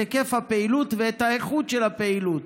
את היקף הפעילות ואת האיכות של הפעילות.